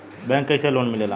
Bank से कइसे loan मिलेला?